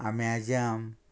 आम्याजाम